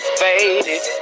faded